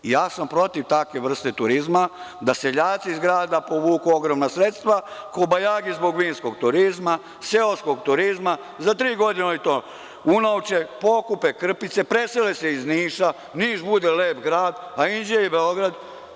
Ja sam protiv takve vrste turizma da seljaci iz grada povuku ogromna sredstva, kobajagi zbog vinskog turizma, seoskog turizma, za tri godine oni to unovče, pokupe krpice, presele iz Niša, Niš bude lep grad, a Inđija i Beograd…